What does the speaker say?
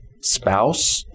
spouse